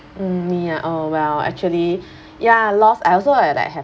me ah oh well actually ya I lost I also like that have